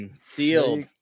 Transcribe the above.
sealed